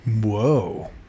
Whoa